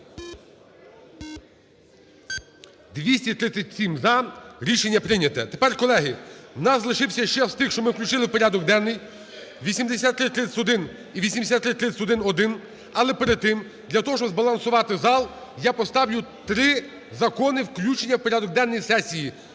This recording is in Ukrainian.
За-237 Рішення прийняте. Тепер, колеги, в нас лишився ще з тих, що ми включили в порядок денний 8331 і 8331-1. Але перед тим для того, щоб збалансувати зал я поставлю три закони включення в порядок денний сесії,